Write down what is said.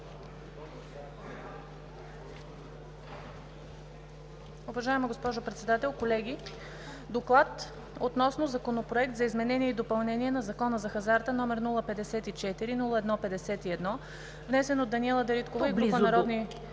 Уважаема госпожо Председател, колеги! „Доклад относно Законопроект за изменение и допълнение на Закона за хазарта, № 054-01-51, внесен от Даниела Дариткова и група народни